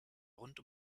rund